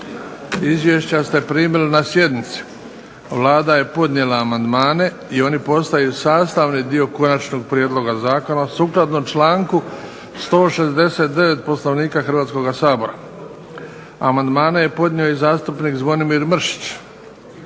Izvješća ste primili na sjednici. Vlada je podnijela amandmane i oni postaju sastavni dio Konačnog prijedloga zakona sukladno članku 169. Poslovnika Hrvatskoga sabora. Amandmane je podnio i zastupnik Zvonimir Mršić.